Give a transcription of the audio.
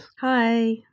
Hi